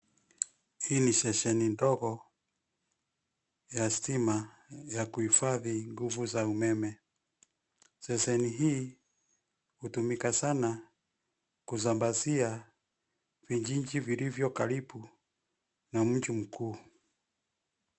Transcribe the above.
Hii ni stesheni ndogo ya stima; ya kuhifadhi nguvu za umeme. Stesheni hii hutumika sana kusambazia vijiji vilivyo karibu na mji mkuu.